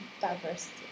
diversity